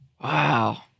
Wow